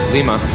Lima